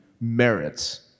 merits